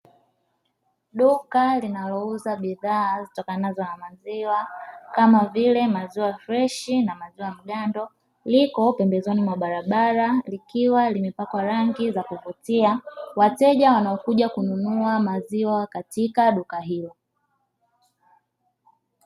Duka linalouza bidhaa zitokanazo na maziwa, kama vile; maziwa freshi na maziwa mgando. Liko pembezoni mwa barabara likiwa limepakwa rangi za kuvutia wateja wanaokuja kununua maziwa katika duka hilo.